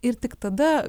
ir tik tada